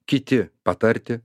kiti patarti